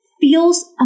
feels